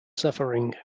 suffering